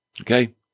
Okay